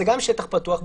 זה גם שטח פתוח בבריכה.